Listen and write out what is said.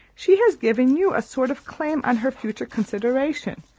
she has given you a sort of claim on her future consideration,